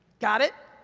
got it?